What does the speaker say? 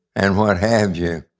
and what have you.